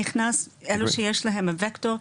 נכנס אלו שיש להם ווקטור,